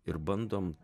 ir bandom